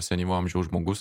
senyvo amžiaus žmogus